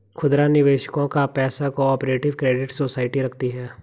खुदरा निवेशकों का पैसा को ऑपरेटिव क्रेडिट सोसाइटी रखती है